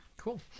Cool